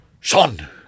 Son